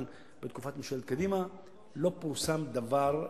בתקופת ממשלת קדימה לא פורסם דבר בתקשורת,